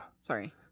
Sorry